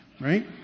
right